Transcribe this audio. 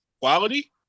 quality